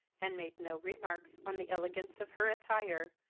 and made no remarks on the elegance of her attire,